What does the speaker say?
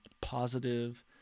positive